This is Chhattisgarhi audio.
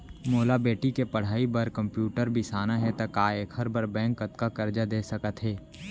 मोला बेटी के पढ़ई बार कम्प्यूटर बिसाना हे त का एखर बर बैंक कतका करजा दे सकत हे?